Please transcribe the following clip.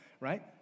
right